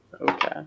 Okay